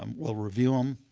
um will review them,